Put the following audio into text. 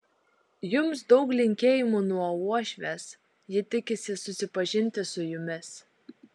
jums daug linkėjimų nuo uošvės ji tikisi susipažinti su jumis